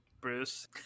Bruce